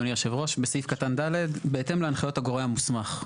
אדוני היושב-ראש בסעיף קטן (ד): בהתאם להנחיות הגורם המוסמך.